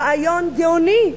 רעיון גאוני.